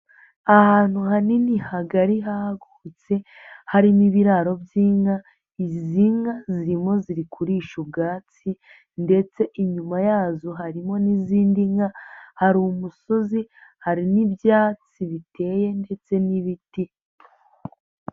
Ahantu hanini hagari hagutse harimo ibiraro by'inka, izi nka zirimo ziri kurisha ubwatsi ndetse inyuma yazo harimo n'izindi nka, hari umusozi, hari n'ibyatsi biteye ndetse n'ibiti.